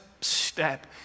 step